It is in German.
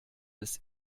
des